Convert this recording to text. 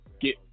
Get